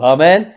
Amen